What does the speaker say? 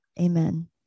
amen